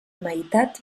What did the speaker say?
meitat